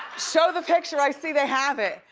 show the picture, i see they have it!